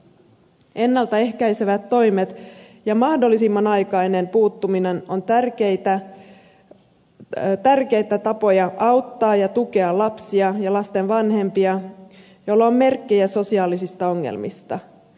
ennalta ehkäisevät toimet ja mahdollisimman aikainen puuttuminen ovat tärkeitä tapoja auttaa ja tukea lapsia ja lasten vanhempia joilla on merkkejä sosiaalisista ongelmista